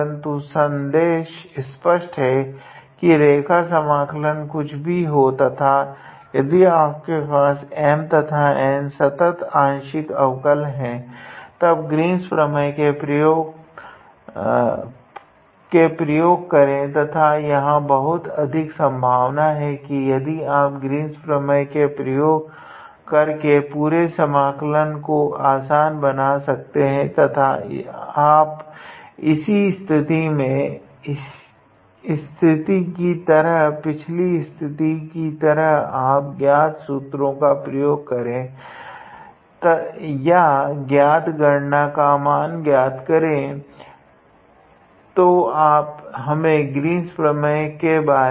परन्तु सन्देश स्पष्ट है की रेखा समाकलन कुछ भी हो तथा यदि आपके M तथा N के संतत् आंशिक अवकल है तब ग्रीन्स प्रमेय के प्रयोग करे तथा यहाँ बहुत अधिक सम्भावना है यदि आप ग्रीन्स प्रमेय के प्रयोग कर के पुरे समाकलन को आसान बना सकते है तथा आप इसी स्थिति की तरह या पिछाली स्थिति की तरह आप ज्ञात सूत्रों का प्रयोग करे या ज्ञात गणना का मान ज्ञात करने के लिए